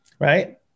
right